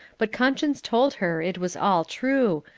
but conscience told her it was all true,